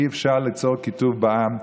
אי-אפשר ליצור קיטוב בעם,